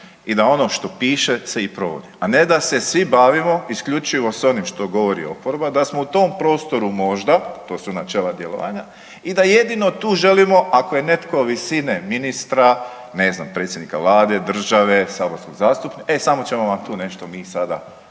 i da ono što piše se i provodi. A ne da se svi bavimo isključivo s onim što govori oporba, da smo u tom prostoru možda, to su načela djelovanja i da jedino tu želimo ako je netko visine ministra, ne znam predsjednika vlade, države, saborskog zastupnika e samo ćemo vam tu nešto mi sada